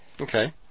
Okay